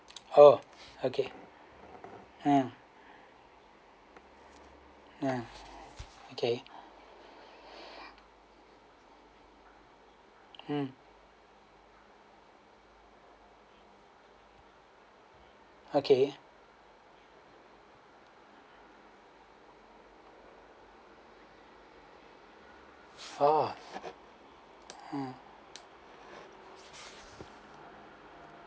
oh okay mm ya okay mm okay oh mm